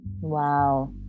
Wow